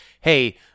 hey